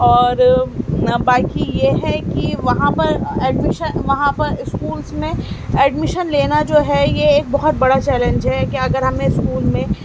اور باقی یہ ہے کہ وہاں پر ایڈمیشن وہاں پر اسکولس میں ایڈمیشن لینا جو ہے یہ ایک بہت بڑا چیلینج ہے کہ اگر ہم نے اسکولس میں